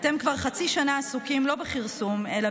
אתם כבר חצי שנה עסוקים לא בכרסום אלא